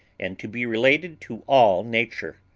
and to be related to all nature.